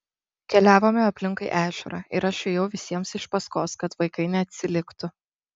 keliavome aplinkui ežerą ir aš ėjau visiems iš paskos kad vaikai neatsiliktų